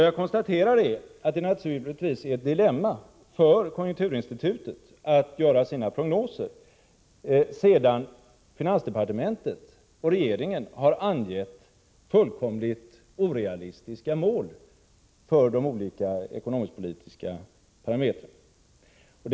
Jag konstaterar bara att det naturligtvis är ett dilemma för konjunkturinstitutet att göra sina prognoser efter det att finansdepartementet och regeringen har angett fullkomligt orealistiska mål för de olika ekonomisk-politiska parametrarna.